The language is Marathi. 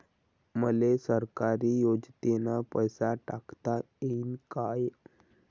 मले सरकारी योजतेन पैसा टाकता येईन काय?